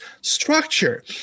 structure